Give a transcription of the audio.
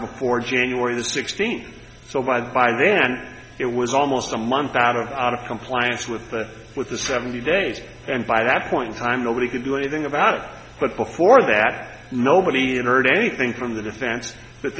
before january the sixteenth so by by then it was almost a month out of out of compliance with the with the seventy days and by that point time nobody could do anything about it but before that nobody in heard anything from the defense but